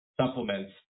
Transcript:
supplements